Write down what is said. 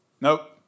Nope